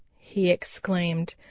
he exclaimed.